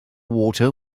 water